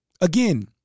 Again